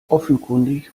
offenkundig